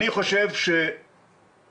אני חושב שלסכן